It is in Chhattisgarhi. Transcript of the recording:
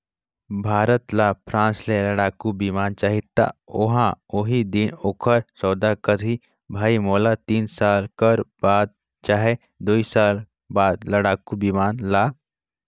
भारत ल फ्रांस ले लड़ाकु बिमान चाहीं त ओहा उहीं दिन ओखर सौदा करहीं भई मोला तीन साल कर बाद चहे दुई साल बाद लड़ाकू बिमान ल